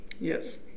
Yes